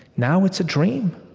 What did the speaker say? now it's a dream,